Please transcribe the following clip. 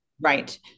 Right